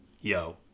yo